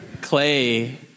Clay